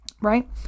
right